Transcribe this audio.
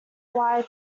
wire